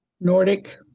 Nordic